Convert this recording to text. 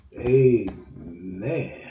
amen